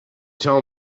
tell